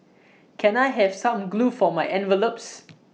can I have some glue for my envelopes